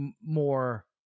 more